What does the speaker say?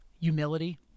humility